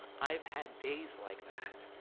i've had days like that.